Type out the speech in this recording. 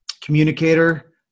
communicator